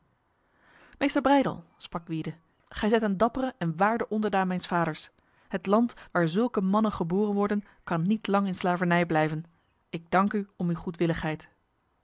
meester breydel sprak gwyde gij zijt een dappere en waarde onderdaan mijns vaders het land waar zulke mannen geboren worden kan niet lang in slavernij blijven ik dank u om uw goedwilligheid